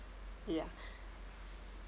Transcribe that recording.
ya